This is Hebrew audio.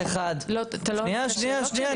אבל אתה לא עונה לשאלות שלי.